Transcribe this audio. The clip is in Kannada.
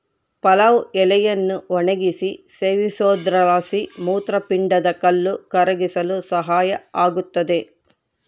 ಪಲಾವ್ ಎಲೆಯನ್ನು ಒಣಗಿಸಿ ಸೇವಿಸೋದ್ರಲಾಸಿ ಮೂತ್ರಪಿಂಡದ ಕಲ್ಲು ಕರಗಿಸಲು ಸಹಾಯ ಆಗುತ್ತದೆ